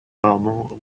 rarement